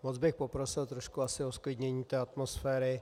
Moc bych poprosil trošku o zklidnění té atmosféry.